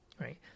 right